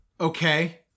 okay